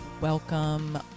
Welcome